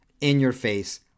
in-your-face